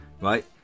Right